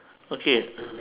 okay